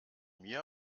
mir